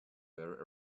were